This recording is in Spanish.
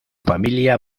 familia